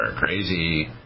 crazy